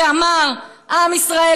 "עם ישראל,